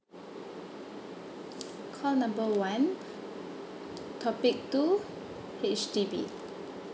call number one topic two H_D_B